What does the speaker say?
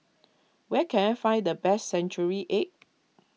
where can I find the best Century Egg